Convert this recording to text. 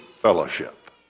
fellowship